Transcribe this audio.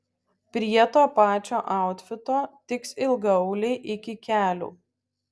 prie to pačio autfito tiks ilgaauliai iki kelių